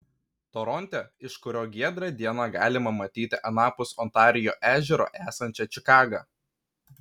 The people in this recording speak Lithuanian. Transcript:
toronte iš kurio giedrą dieną galima matyti anapus ontarijo ežero esančią čikagą